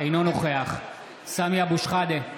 אינו נוכח סמי אבו שחאדה,